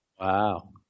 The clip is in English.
Wow